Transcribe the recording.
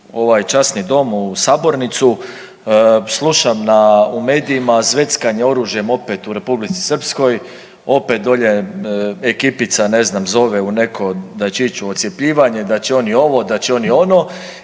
časni Dom, u sabornicu, slušam na, u medijima, zveckanje oružjem opet u Republici Srpskoj, opet dolje ekipica, ne znam, zove u neko, da će ići u odcjepljivanje, da će oni ovo, da će oni ono